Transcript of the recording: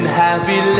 happy